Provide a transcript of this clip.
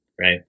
Right